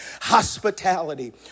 hospitality